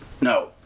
No